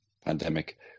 pandemic